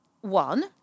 one